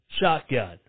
shotgun